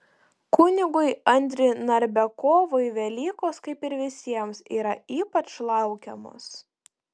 kunigui andriui narbekovui velykos kaip ir visiems yra ypač laukiamos